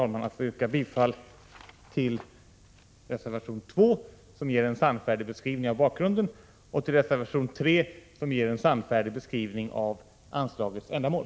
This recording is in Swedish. Jag ber att få yrka bifall till reservation 2, som ger en sannfärdig beskrivning av bakgrunden, och till reservation 3, som ger en sannfärdig beskrivning av anslagets ändamål.